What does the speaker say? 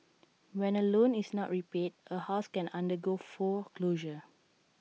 when A loan is not repaid A house can undergo foreclosure